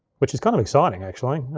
which is kind of exciting, actually.